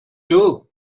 too